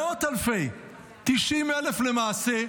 מאות אלפי, 90,000 למעשה,